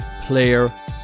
player